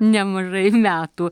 nemažai metų